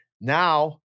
Now